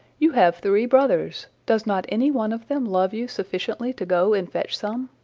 you have three brothers does not any one of them love you sufficiently to go and fetch some?